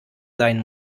sein